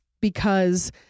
because-